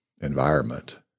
environment